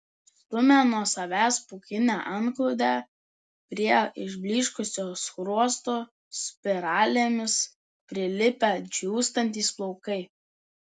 stumia nuo savęs pūkinę antklodę prie išblyškusio skruosto spiralėmis prilipę džiūstantys plaukai